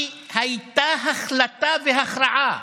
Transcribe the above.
כי הייתה החלטה והכרעה